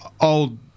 old